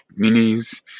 Minis